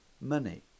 money